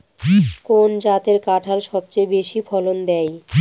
কোন জাতের কাঁঠাল সবচেয়ে বেশি ফলন দেয়?